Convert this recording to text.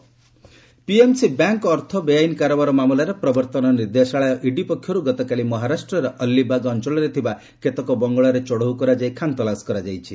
ED PMC PMC bank ଅର୍ଥ ବେଆଇନ୍ କାରବାର ମାମଲାରେ ପ୍ରବର୍ତ୍ତନ ନିର୍ଦ୍ଦେଶାଳୟ ଇଡି ପକ୍ଷରୁ ଗତକାଲି ମହାରାଷ୍ଟ୍ରର ଅଲିବାଗ୍ ଅଞ୍ଚଳରେ ଥିବା କେତେକ ବଙ୍ଗଳାରେ ଚଢ଼ାଉ କରାଯାଇ ଖାନତଲାସ କରାଯାଇଛି